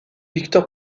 victor